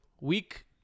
Week